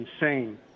insane